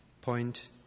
point